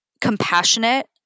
compassionate